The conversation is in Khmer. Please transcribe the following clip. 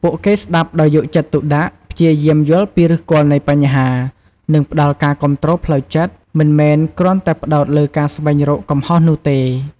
ពួកគេស្ដាប់ដោយយកចិត្តទុកដាក់ ព្យាយាមយល់ពីឫសគល់នៃបញ្ហា និងផ្ដល់ការគាំទ្រផ្លូវចិត្ត មិនមែនគ្រាន់តែផ្ដោតលើការស្វែងរកកំហុសនោះទេ។